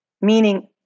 Meaning